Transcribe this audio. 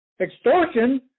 extortion